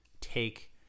take